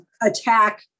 attack